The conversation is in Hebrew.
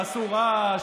תעשו רעש,